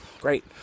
great